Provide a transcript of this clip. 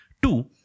Two